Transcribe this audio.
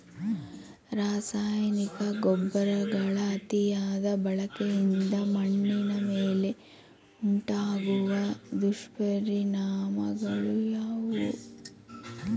ರಾಸಾಯನಿಕ ಗೊಬ್ಬರಗಳ ಅತಿಯಾದ ಬಳಕೆಯಿಂದ ಮಣ್ಣಿನ ಮೇಲೆ ಉಂಟಾಗುವ ದುಷ್ಪರಿಣಾಮಗಳು ಯಾವುವು?